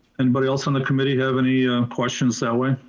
anybody else on the committee have any and questions so and